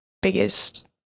biggest